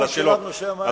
ברשותך,